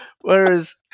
Whereas